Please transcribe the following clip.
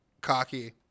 cocky